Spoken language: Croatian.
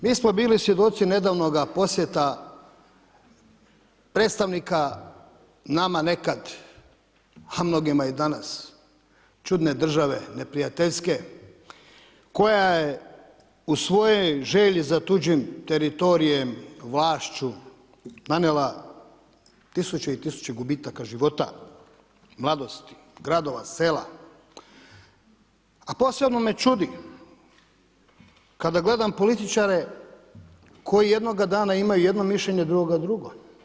Mi smo bili svjedoci nedavnoga posjeta predstavnika nama nekad, a mnogima i danas, čudne države, neprijateljske, koja je u svojoj želji za tuđim teritorijem, vlašću, nanijela tisuće i tisuće gubitaka života, mladosti, gradova, sela, a posebno me čudi kada gledam političare koji jednoga dana imaju jedno mišljenje, a drugoga drugo.